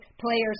players